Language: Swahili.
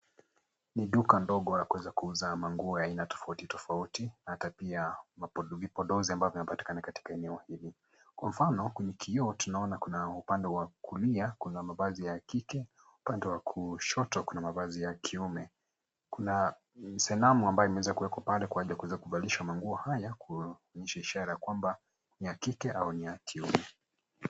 Ni Duka dogo la kuweza kuuza aina ya manguo tofauti tofauti na vipodozi vinavyoweza kupatikana katika sehemu hii. Kwa mifano kiootunzona upande wa kulia kuna mavazi ya kike na upande wa kushoto kunamavazi ya kiume. Kuna sanamu iliyowekwa kwenye kuweza kuvalishwa manguo haya ishara ya kwamba ni ya kike ama ya kiume.